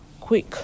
quick